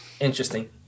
Interesting